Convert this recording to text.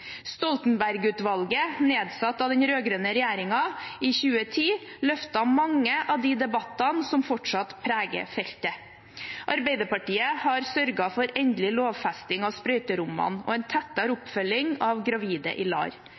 nedsatt av den rød-grønne regjeringen i 2010, løftet mange av de debattene som fortsatt preger feltet. Arbeiderpartiet har sørget for endelig lovfesting av sprøyterommene og en tettere oppfølging av gravide